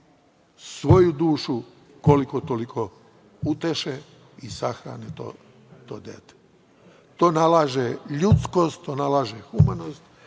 svoju dušu koliko-toliko uteše i sahrane to dete. To nalaže ljudskost, do nalaže humanost,